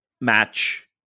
match